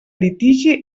litigi